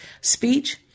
speech